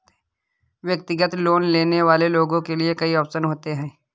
व्यक्तिगत लोन लेने वाले लोगों के लिये कई आप्शन भी होते हैं